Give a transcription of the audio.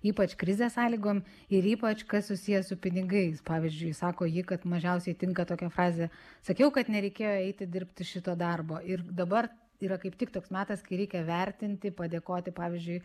ypač krizės sąlygom ir ypač kas susiję su pinigais pavyzdžiui sako ji kad mažiausiai tinka tokia frazė sakiau kad nereikėjo eiti dirbti šito darbo ir dabar yra kaip tik toks metas kai reikia vertinti padėkoti pavyzdžiui